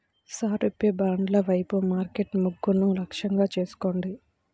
సారూప్య బ్రాండ్ల వైపు మార్కెట్ మొగ్గును లక్ష్యంగా చేసుకోండి